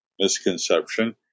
misconception